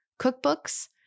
cookbooks